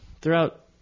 throughout